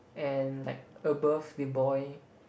and like above the boy